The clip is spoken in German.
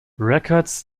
records